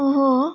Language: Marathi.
हो